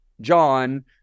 John